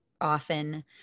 often